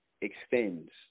extends